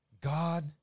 God